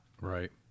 Right